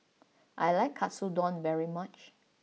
I like Katsudon very much